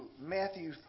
Matthew